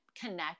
connect